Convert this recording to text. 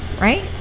Right